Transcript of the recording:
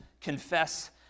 confess